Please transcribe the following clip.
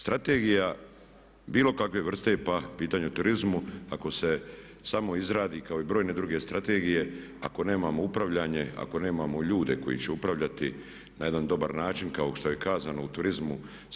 Strategija bilo kakve vrste pa pitanje turizmu ako se samo izradi kao i brojne druge strategije, ako nemamo upravljanje, ako nemamo ljude koji će upravljati na jedan dobar način kao što je kazano u turizmu.